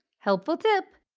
helpful tip!